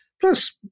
Plus